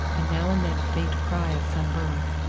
and now and then a faint cry of some bird,